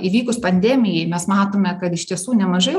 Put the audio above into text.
įvykus pandemijai mes matome kad iš tiesų nemažai